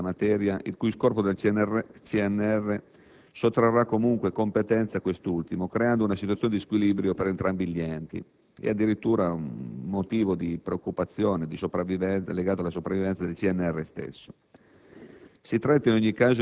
dell'Istituto nazionale fisica della materia, il cui scorporo dal CNR sottrarrà comunque competenze a quest'ultimo, creando una situazione di squilibrio per entrambi gli enti e addirittura un motivo di preoccupazione legato alla sopravvivenza del CNR stesso.